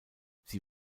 sie